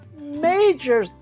major